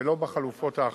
ולא בחלופות האחרות.